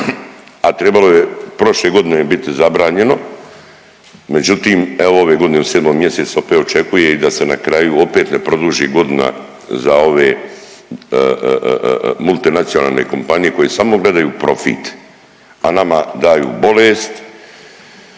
a trebalo je prošle godine biti zabranjeno, međutim, evo ove godine u 7. mj. opet očekuje i da se na kraju opet ne produži godina za ove multinacionalne kompanije koje samo gledaju profit, a nama daju bolest,